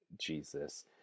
Jesus